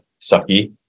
sucky